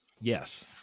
Yes